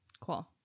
Cool